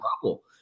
trouble